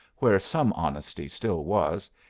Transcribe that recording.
where some honesty still was,